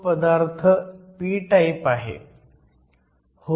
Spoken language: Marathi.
एकूण पदार्थ p टाईप आहे